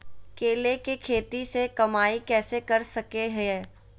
केले के खेती से कमाई कैसे कर सकय हयय?